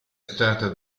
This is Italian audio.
stata